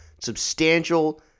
substantial